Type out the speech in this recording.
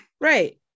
Right